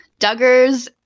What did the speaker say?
Duggars